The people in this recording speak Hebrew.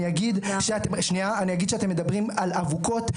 אני אגיד שאתם מדברים על אבוקות,